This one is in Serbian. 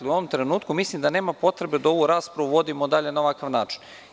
U ovom trenutku mislim da nema potrebe da ovu raspravu vodimo dalje na ovakav način.